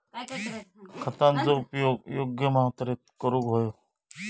खतांचो उपयोग योग्य मात्रेत करूक व्हयो